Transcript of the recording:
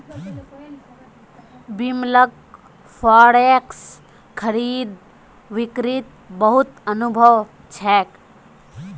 बिमलक फॉरेक्स खरीद बिक्रीत बहुत अनुभव छेक